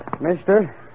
Mister